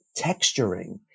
texturing